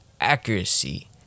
accuracy